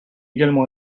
également